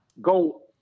Go